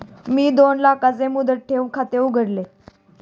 मी दोन लाखांचे मुदत ठेव खाते उघडले